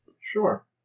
Sure